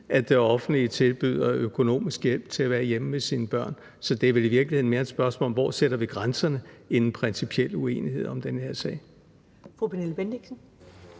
det offentlige tilbyder økonomisk hjælp til, at man er hjemme med sine børn. Så det er vel i virkeligheden mere et spørgsmål om, hvor vi sætter grænserne, end en principiel uenighed om den her sag.